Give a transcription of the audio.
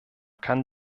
kann